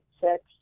six